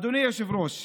אדוני היושב-ראש,